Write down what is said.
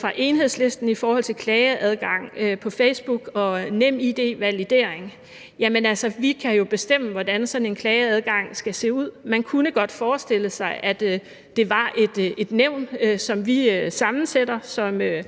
fra Enhedslistens side spurgt til klageadgang på Facebook og NemID-validering. Jamen altså, vi kan jo bestemme, hvordan sådan en klageadgang skal se ud. Man kunne godt forestille sig, at et nævn, som vi sammensætter, skal